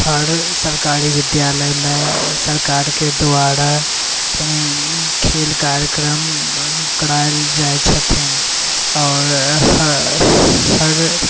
हर सरकारी विद्यालयमे सरकारके द्वारा एहन खेल कार्यक्रम कराओल जाइ छथिन आओर हर